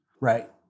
Right